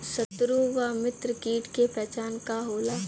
सत्रु व मित्र कीट के पहचान का होला?